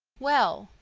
well,